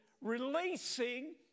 releasing